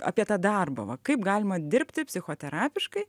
apie tą darbą va kaip galima dirbti psichoterapiškai